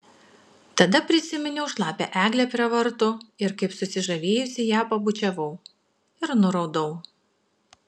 tada prisiminiau šlapią eglę prie vartų ir kaip susižavėjusi ją pabučiavau ir nuraudau